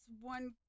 one